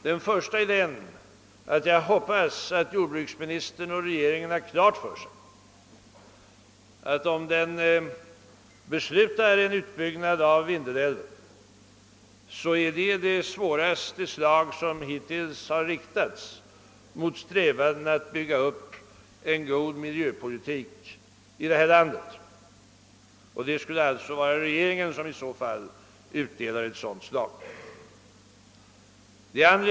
Den första är att jag hoppas att jordbruksministern och regeringen har klart för sig att, om den beslutar en utbyggnad av Vindelälven, så är detta det svåraste slag som hittills har riktats mot strävandena att bygga upp en god miljöpolitik i vårt land. Det skulle alltså vara regeringen som i så fall utdelar ett sådant slag.